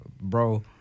bro